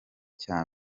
cya